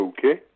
Okay